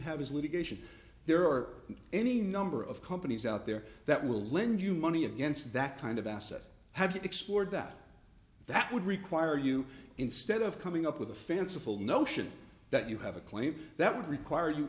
have is litigation there are any number of companies out there that will lend you money against that kind of asset have you explored that that would require you instead of coming up with a fanciful notion that you have a claim that would require you